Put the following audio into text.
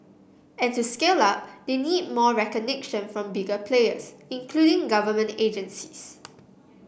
and to scale up they need more recognition from bigger players including government agencies